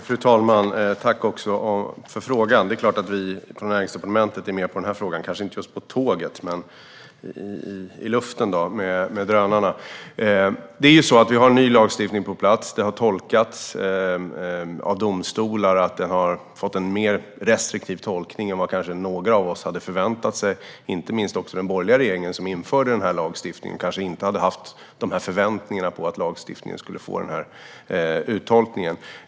Fru talman! Tack för frågan! Det är klart att vi på Näringsdepartementet är med på den här frågan, kanske inte just på tåget men i luften, med drönarna. Vi har alltså en ny lagstiftning på plats. Den har fått en mer restriktiv tolkning i domstolar än vad vi kanske hade förväntat oss. Framför allt hade kanske den borgerliga regeringen som införde lagstiftningen inte förväntat sig att lagstiftningen skulle få den här uttolkningen.